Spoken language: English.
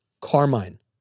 carmine